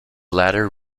ladder